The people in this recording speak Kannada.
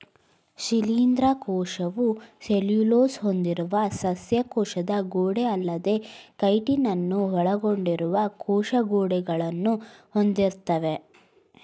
ಶಿಲೀಂಧ್ರ ಕೋಶವು ಸೆಲ್ಯುಲೋಸ್ ಹೊಂದಿರುವ ಸಸ್ಯ ಕೋಶದ ಗೋಡೆಅಲ್ಲದೇ ಕೈಟಿನನ್ನು ಒಳಗೊಂಡಿರುವ ಕೋಶ ಗೋಡೆಗಳನ್ನು ಹೊಂದಿರ್ತವೆ